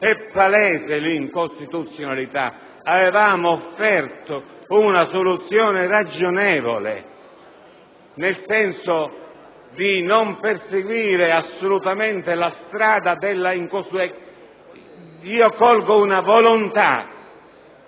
È palese l'incostituzionalità. Avevamo offerto una soluzione ragionevole, nel senso di non perseguire assolutamente quella strada. Colgo una volontà